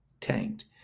tanked